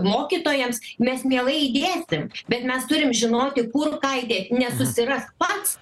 mokytojams mes mielai įdėsim bet mes turim žinoti kur ką įdėt ne susirask pats